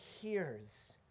hears